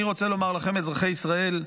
אני רוצה לומר לכם, אזרחי ישראל,